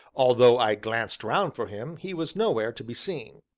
although i glanced round for him, he was nowhere to be seen.